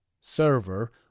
server